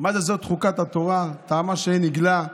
מה זה "זאת חֻקת התורה", טעמה שאין נגלה?